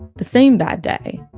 the same bad day,